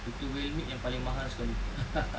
itu whale meat yang paling mahal sekali